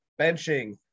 benching